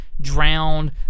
drowned